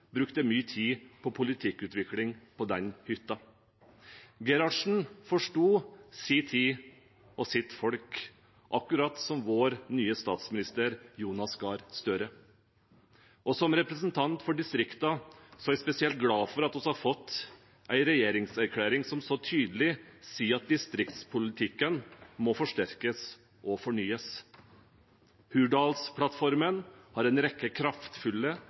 brukte mye tid på politikkutvikling på den hytta. Gerhardsen forstod sin tid og sitt folk, akkurat som vår nye statsminister, Jonas Gahr Støre. Som representant for distriktene er jeg spesielt glad for at vi har fått en regjeringserklæring som så tydelig sier at distriktspolitikken må forsterkes og fornyes. Hurdalsplattformen har en rekke kraftfulle